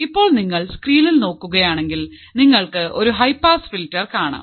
ഇപ്പോൾ നിങ്ങൾ സ്ക്രീൻ നോക്കുകയാണെങ്കിൽ നിങ്ങൾക്ക് ഒരു ഹൈ പാസ് ഫിൽറ്റർ കാണാം